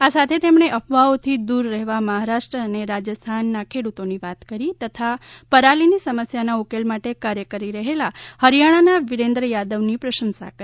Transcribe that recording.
આ સાથે તેમણે અફવાઓથી દુર રહેવા મહારાષ્ટ્ર અને રાજસ્થાન કિસાનોની વાત કરી તથા પરાલીની સમસ્યાના ઉકેલ માટે કાર્ય કરી રહેલા હરીયાણાના વિરેન્દ્ર યાદવની પ્રશંસા કરી